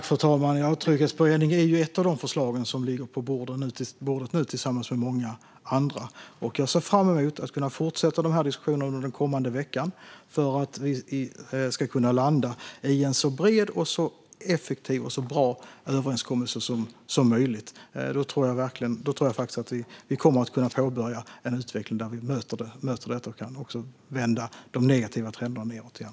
Fru talman! En trygghetsberedning är ett av de förslag som nu ligger på bordet, tillsammans med många andra. Jag ser fram emot att kunna fortsätta dessa diskussioner under den kommande veckan för att vi ska kunna landa i en så bred, effektiv och bra överenskommelse som möjligt. Då tror jag faktiskt att vi kommer att kunna påbörja en utveckling där vi möter detta och kan vända de negativa trenderna nedåt igen.